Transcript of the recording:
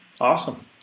Awesome